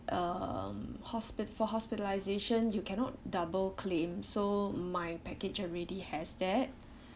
um hospi~ for hospitalisation you cannot double claim so my package already has that